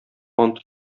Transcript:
ант